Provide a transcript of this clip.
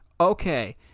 okay